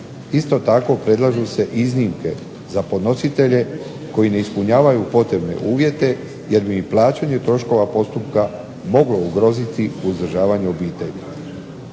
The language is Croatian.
Isto tako predlažu se iznimke za podnositelje koji ne ispunjavaju potrebne uvjete jer bi im plaćanje troškova postupka moglo ugroziti uzdržavanje obitelji.